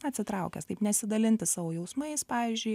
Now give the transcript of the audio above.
atsitraukęs taip nesidalinti savo jausmais pavyzdžiui